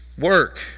work